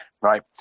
right